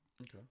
Okay